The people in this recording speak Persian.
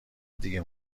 دیگه